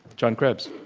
john krebs.